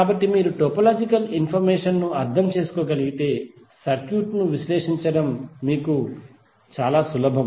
కాబట్టి మీరు topological information ను అర్థం చేసుకోగలిగితే సర్క్యూట్ ను విశ్లేషించడం మీకు చాలా సులభం